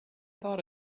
thought